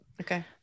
Okay